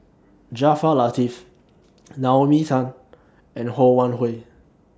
Jaafar Latiff Naomi Tan and Ho Wan Hui